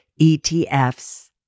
ETFs